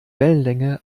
wellenlänge